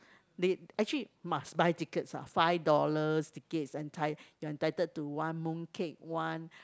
they actually must buy tickets ah five dollars tickets enti~ entitled to one mooncake one